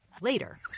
later